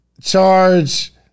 charge